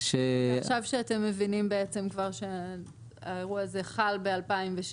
ש --- ועכשיו כשאתם מבינים כבר שהאירוע הזה חל ב-2016,